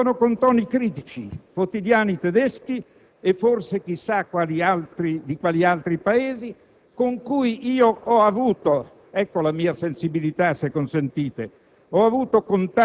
Ne parlavano con toni critici quotidiani tedeschi e forse chissà di quali altri Paesi, con cui io ho avuto - ecco la mia sensibilità, se consentite